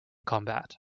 combat